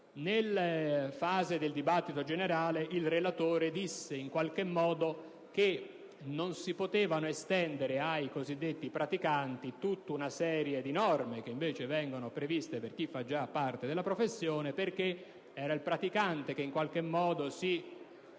Nella fase del dibattito generale, il relatore ha affermato che non si possono estendere ai cosiddetti praticanti alcune norme che invece vengono previste per chi fa già parte della professione, perché il praticante in qualche modo si